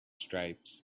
stripes